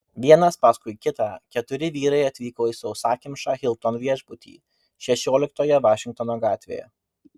vienas paskui kitą keturi vyrai atvyko į sausakimšą hilton viešbutį šešioliktoje vašingtono gatvėje